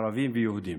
ערבים ויהודים.